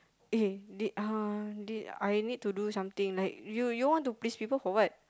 eh they uh this I need to do something you want to please people for what